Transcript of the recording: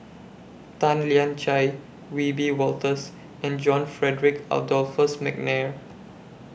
Tan Lian Chye Wiebe Wolters and John Frederick Adolphus Mcnair